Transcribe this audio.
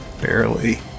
Barely